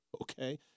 okay